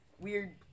weird